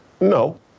No